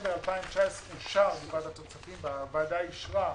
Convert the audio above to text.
בדצמבר 2019 אושר בוועדת הכספים התקציב